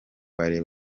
bari